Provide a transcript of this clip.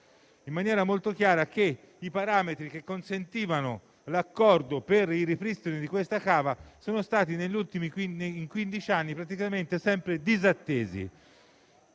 in maniera molto chiara, che i parametri che consentivano l'accordo per il ripristino della cava sono stati negli ultimi quindici anni in pratica sempre disattesi.